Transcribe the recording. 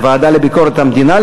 בוועדה לביקורת המדינה,